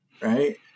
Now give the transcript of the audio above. Right